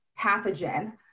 pathogen